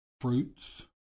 fruits